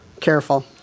careful